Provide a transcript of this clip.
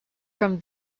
from